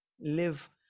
live